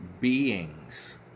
beings